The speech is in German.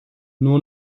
nur